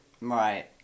Right